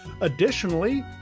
Additionally